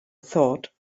thought